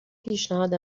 پیشنهاد